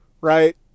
right